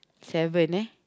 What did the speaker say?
seven eh